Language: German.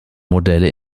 modelle